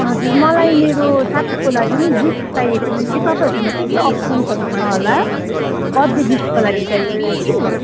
हजुर मलाई मेरो साथीको लागि नि गिफ्ट चाहिएको थियो कि तपाईँहरूकोमा के के अप्सन्सहरू छ होला बर्थडे गिफ्टको लागि चाहिएको थियो कि